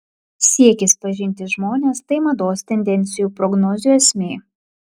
siekis pažinti žmones tai mados tendencijų prognozių esmė